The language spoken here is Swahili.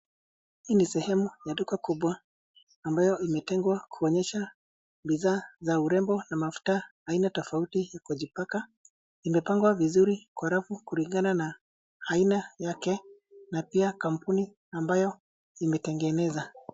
Hii ni sehemu ya duka kubwa ambayo imetengwa kuonyesha bidhaa za urembo na mafuta aina tofauti ya kujipaka. Zimepangwa vizuri kwa rafu kulingana na aina yake na pia kampuni ambayo imetengeneza.